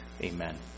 amen